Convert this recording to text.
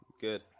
Good